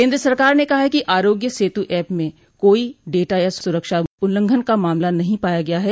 केन्द्र सरकार ने कहा है कि आरोग्य सेतु ऐप में कोई डेटा या सुरक्षा उल्लंघन का मामला नहीं पाया गया है